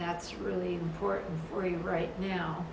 that's really important for you right now